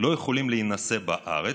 לא יכולים להינשא בארץ,